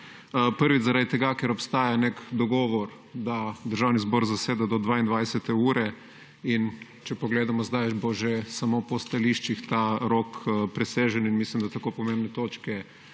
Prvič zaradi tega, ker obstaja nek dogovor, da Državni zbor zaseda do 22. ure. Če pogledamo zdaj, bo že samo po stališčih ta rok presežen in mislim, da tako pomembne točke